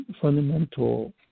fundamental